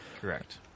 Correct